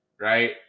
right